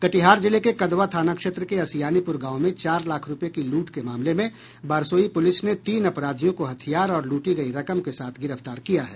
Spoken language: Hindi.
कटिहार जिला के कदवा थाना क्षेत्र के असियानीपुर गांव में चार लाख रुपये की लूट के मामले में बारसोई पुलिस ने तीन अपराधियों को हथियार और लूटी गई रकम के साथ गिरफ्तार किया है